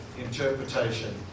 interpretation